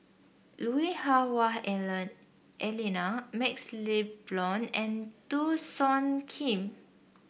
Lui Hah Wah Elena MaxLe Blond and Teo Soon Kim